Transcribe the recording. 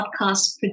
Podcast